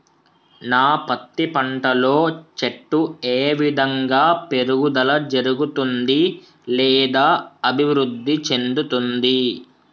నా పత్తి పంట లో చెట్టు ఏ విధంగా పెరుగుదల జరుగుతుంది లేదా అభివృద్ధి చెందుతుంది?